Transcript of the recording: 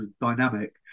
dynamic